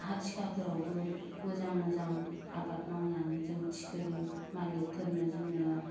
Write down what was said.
हा थिखाफोरावबो मोजां मोजां आबाद मावनानै जों थिखोयो मालिखफोरनो जोङो